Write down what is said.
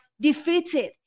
defeated